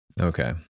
Okay